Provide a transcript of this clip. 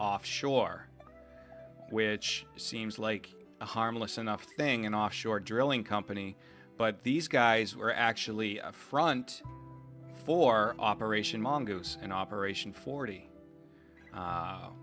off shore which seems like a harmless enough thing an offshore drilling company but these guys were actually a front for operation mongoose in operation forty